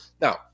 Now